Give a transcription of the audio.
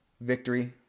victory